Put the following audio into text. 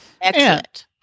Excellent